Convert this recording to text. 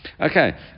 Okay